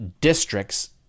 districts